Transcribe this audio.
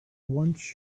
want